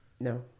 No